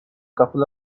couple